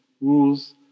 rules